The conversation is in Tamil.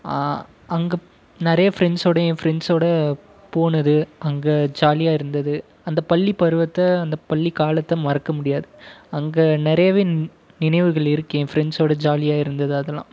அங்கேப் நிறைய ஃப்ரெண்ட்ஸோட என் ஃப்ரெண்ட்ஸோட போனது அங்கே ஜாலியாக இருந்தது அந்த பள்ளி பருவத்தை அந்த பள்ளி காலத்தை மறக்க முடியாது அங்கே நிறையாவே நினைவுகள் இருக்கு என் ஃப்ரெண்ட்ஸோட ஜாலியாக இருந்தது அதுலாம்